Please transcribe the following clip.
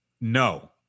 No